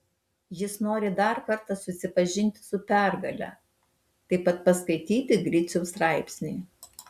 jis nori dar kartą susipažinti su pergale taip pat paskaityti griciaus straipsnį